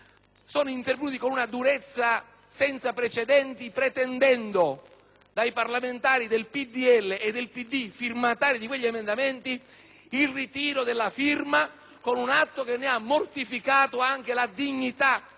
dai parlamentari del PdL e del PD, firmatari di quegli emendamenti, il ritiro della firma con un atto che ne ha mortificato anche la dignità di parlamentari. *(Applausi del senatore